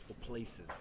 places